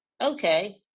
Okay